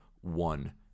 one